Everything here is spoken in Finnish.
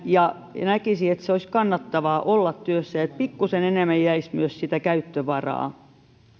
ja näkisi että olisi kannattavaa olla työssä ja pikkuisen enemmän jäisi myös sitä käyttövaraa